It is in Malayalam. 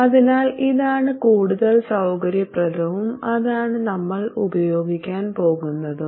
അതിനാൽ ഇതാണ് കൂടുതൽ സൌകര്യപ്രദവും അതാണ് നമ്മൾ ഉപയോഗിക്കാൻ പോകുന്നതും